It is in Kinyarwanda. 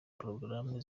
porogaramu